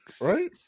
Right